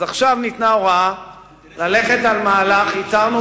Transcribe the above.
אז עכשיו ניתנה הוראה ללכת על מהלך ואיתרנו